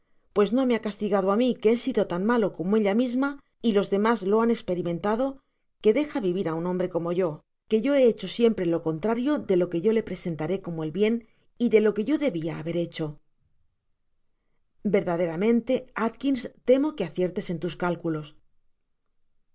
pues que no me ha castigado á mi que he sido tan malo como ella misma y los demás lo han esperimentado que deja vivir á un hombre como yo que he hecho siempre lo contrario dé lo que yo je presetftré cono el hien y de lo que yo debia haber hecho verdaderamente atkins temo que aciertes m tea cálculos